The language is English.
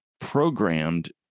programmed